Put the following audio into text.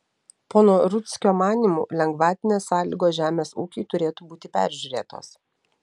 pono rudzkio manymu lengvatinės sąlygos žemės ūkiui turėtų būti peržiūrėtos